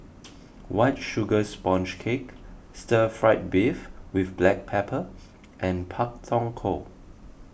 White Sugar Sponge Cake Stir Fried Beef with Black Pepper and Pak Thong Ko